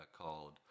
called